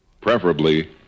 preferably